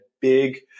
big